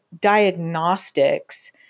diagnostics